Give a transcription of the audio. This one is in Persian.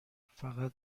فقط